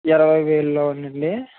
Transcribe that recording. ఇరవైవేల్లో నండి